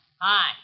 Hi